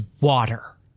water